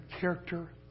character